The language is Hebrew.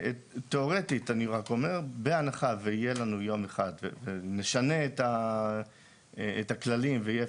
תיאורטית בהנחה ויהיה לנו יום אחד ונשנה את הכללים ויהיה